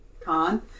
con